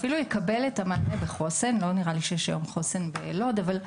אפילו יקבל את המענה בחוסן לא נראה לי שיש היום חוסן בלוד אבל נניח